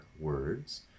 words